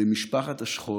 במשפחת השכול